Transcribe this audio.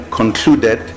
concluded